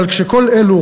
אבל כשכל אלו,